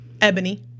Ebony